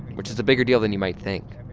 which is a bigger deal than you might think.